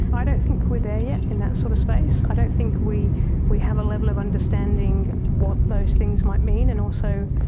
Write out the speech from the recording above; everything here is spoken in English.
i don't think we are there yet in that sort of space, i don't think we we have a level of understanding what those things might mean. and also,